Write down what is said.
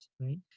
right